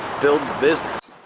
build business,